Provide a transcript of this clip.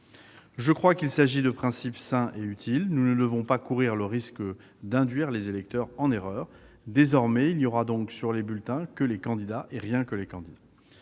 Je crois qu'il s'agit de principes sains et utiles. Nous ne devons pas courir le risque d'induire les électeurs en erreur : désormais, les bulletins viseront les seuls candidats, rien que les candidats.